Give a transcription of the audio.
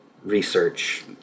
Research